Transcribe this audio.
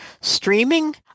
streaming